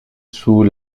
sous